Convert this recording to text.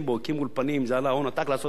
הקימו אולפנים, זה עלה הון עתק לעשות את זה.